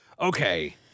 Okay